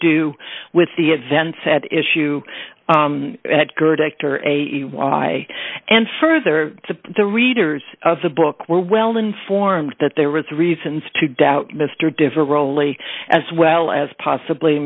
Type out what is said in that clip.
do with the events at issue at good actor and further to the readers of the book were well informed that there was reasons to doubt mr differ rolly as well as possibly